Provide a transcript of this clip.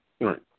Right